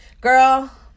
girl